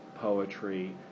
poetry